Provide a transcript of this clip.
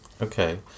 Okay